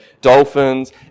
dolphins